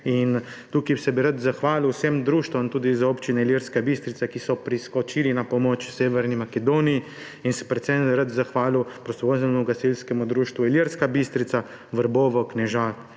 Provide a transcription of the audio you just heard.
Tukaj bi se rad zahvalil vsem društvom, tudi iz Občine Ilirska Bistrica, ki so priskočili na pomoč Severni Makedoniji, in bi se predvsem rad zahvalil prostovoljnim gasilskim društvom Ilirska Bistrica, Vrbovo, Knežak